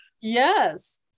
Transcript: Yes